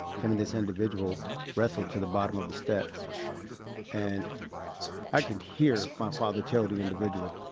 him and this individual wrestled to the bottom of the steps and i could hear my father tell the individual,